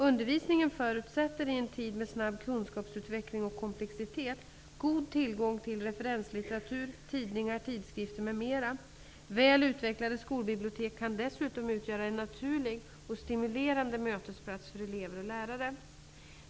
Undervisningen förutsätter, i en tid med snabb kunskapsutveckling och komplexitet, god tillgång till referenslitteratur, tidningar, tidskrifter, m.m. Väl utvecklade skolbibliotek kan dessutom utgöra en naturlig och stimulerande mötesplats för elever och lärare.